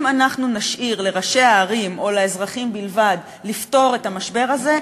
אם אנחנו נשאיר לראשי הערים או לאזרחים בלבד לפתור את המשבר הזה,